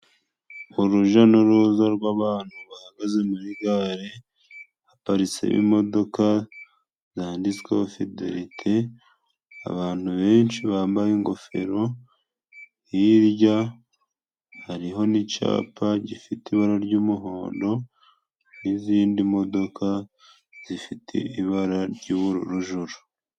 Uruja n'uruza rw'abantu bahagaze muri gare, haparitse imodoka zanditsweho fiderite, abantu benshi bambaye ingofero hirya hariho n'icapa gifite ibara ry'umuhondo n'izindi modoka zifite ibara ry'uburu juru.